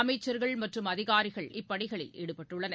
அமைச்சர்கள் மற்றும் அதிகாரிகள் இப்பணிகளில் ஈடுபட்டுள்ளனர்